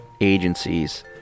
agencies